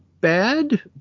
Bad